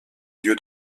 lieu